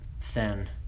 thin